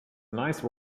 nice